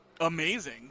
amazing